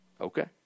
okay